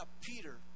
Peter